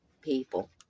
people